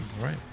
right